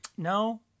no